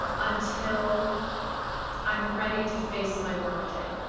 until i'm ready to face my workday.